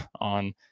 on